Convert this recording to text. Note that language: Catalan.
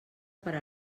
per